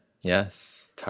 Yes